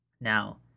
Now